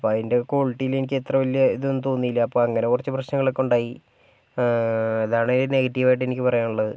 അപ്പം അതിൻ്റെ ക്വാളിറ്റിയില് എനിക്ക് അത്ര വലിയ ഇതൊന്നും തോന്നിയില്ല അപ്പം അങ്ങനെ കുറച്ച് പ്രശ്നങ്ങൾ ഒക്കെ ഉണ്ടായി ഇതാണ് നെഗറ്റീവായിട്ട് എനിക്ക് പറയാനുള്ളത്